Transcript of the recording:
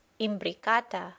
imbricata